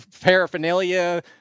paraphernalia